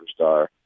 superstar